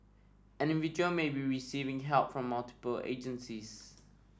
an individual may be receiving help from multiple agencies